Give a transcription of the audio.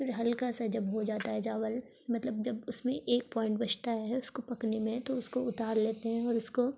پھر ہلکا سا جب ہو جاتا ہے چاول مطلب جب اس میں ایک پوائنٹ بچتا ہے اس کو پکنے میں تو اس کو اتار لیتے ہیں اور اس کو